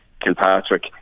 Kilpatrick